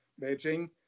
Beijing